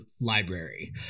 library